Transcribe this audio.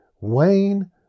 Wayne